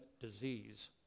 disease